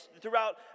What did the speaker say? throughout